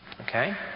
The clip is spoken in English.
Okay